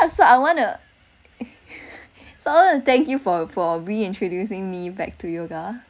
so I wanna so I wanna thank you for for re-introducing me back to yoga